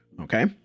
Okay